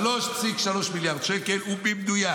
3.3 מיליארד שקלים הם במדויק